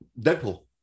deadpool